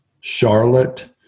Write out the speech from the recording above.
Charlotte